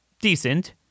decent